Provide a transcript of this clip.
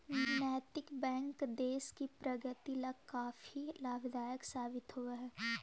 नैतिक बैंक देश की प्रगति ला काफी लाभदायक साबित होवअ हई